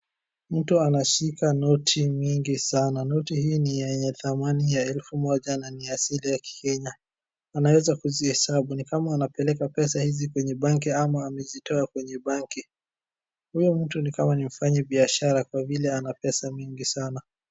Mtu anashika noti nyingi sana noti hii ni yenye thamani ya elfu moja na ni asili ya Kikenya. Anaweza kuzihesabu ni kama anapeleka pesa hizi kwenye banki ama amezitoa kwenye banki. Huyo mtu ni kama ni mfanya biashara kwa vile ana pesa mengi sana.